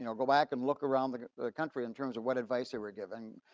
you know go back and look around the country in terms of what advice they were given.